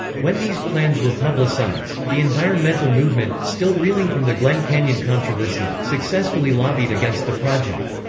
when these plans were publicized, the environmental movement still reeling from the glen canyon controversy successfully lobbied against the project.